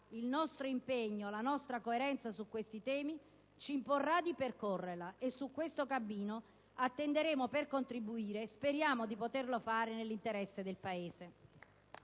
il nostro impegno e la nostra coerenza su questi temi ci impongono di percorrerla, e su questo cammino attenderemo per dare un contributo - e speriamo di poterlo fare - nell'interesse del Paese.